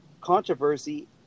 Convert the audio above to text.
controversy